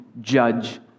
judge